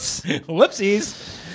Whoopsies